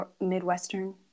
midwestern